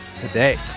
today